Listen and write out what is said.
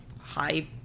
high